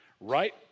right